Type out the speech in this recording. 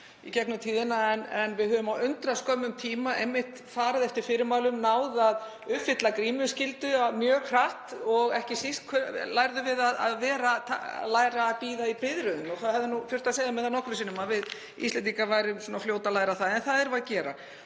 í gegnum tíðina, en við höfum á undraskömmum tíma farið eftir fyrirmælum, náð að uppfylla grímuskyldu mjög hratt og ekki síst lærðum við að bíða í biðröð; og það hefði þurft að segja mér það nokkrum sinnum að við Íslendingar yrðum svona fljót að læra það, en það erum við að gera.